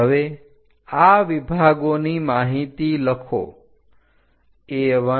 હવે આ વિભાગોની માહિતી લખો A1A2A3A4567